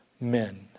men